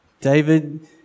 David